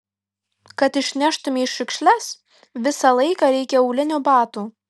kad išneštumei šiukšles visą laiką reikia aulinių batų